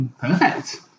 Perfect